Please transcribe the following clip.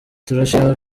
turashima